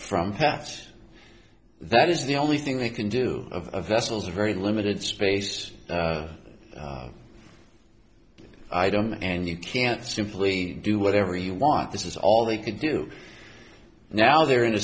from paths that is the only thing they can do of vessels of very limited space i don't and you can't simply do whatever you want this is all they could do now they're in a